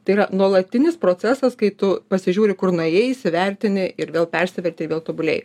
tai yra nuolatinis procesas kai tu pasižiūri kur nuėjai įsivertini ir vėl persiverti vėl tobulėji